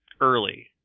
early